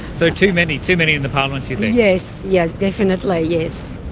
so too many, too many in the parliaments you think? yes, yes definitely yes.